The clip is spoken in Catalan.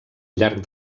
llarg